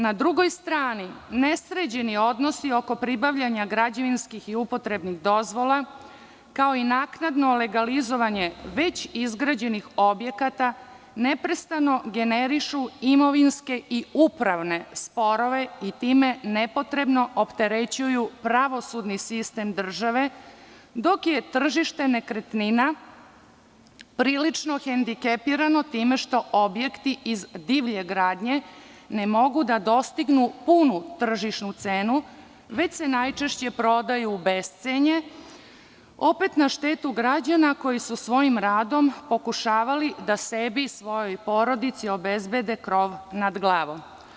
Na drugoj strani nesređeni odnosi oko pribavljanja građevinskih i upotrebnih dozvola, kao i naknadno legalizovanje već izgrađenih objekata neprestano generišu imovinske i upravne sporove i time nepotrebno opterećuju pravosudni sistem države, dok je tržište nekretnina prilično hendikepirano time što objekti iz divlje gradnje ne mogu da dostignu punu tržišnu cenu već se najčešće prodaju u bescenje opet na štetu građana koji su svojim radom pokušavali da sebi i svojoj porodici obezbede krov nad glavom.